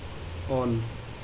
on